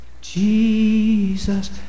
Jesus